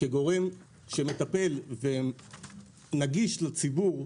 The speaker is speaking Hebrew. כגורם שמטפל ונגיש לציבור,